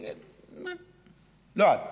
לא את,